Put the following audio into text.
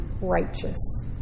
righteous